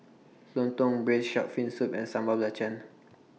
Lontong Braised Shark Fin Soup and Sambal Belacan